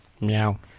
Meow